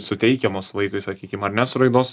suteikiamos vaikui sakykim ar ne su raidos